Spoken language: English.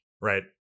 Right